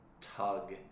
tug